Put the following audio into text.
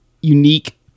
unique